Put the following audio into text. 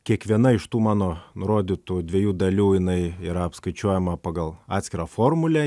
kiekviena iš tų mano nurodytų dviejų dalių jinai yra apskaičiuojama pagal atskirą formulę